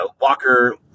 Walker